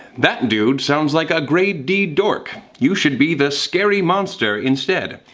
that dude sounds like a grade d dork. you should be the scary monster instead.